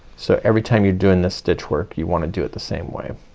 so every time you're doing this stitch work you wanna do it the same way.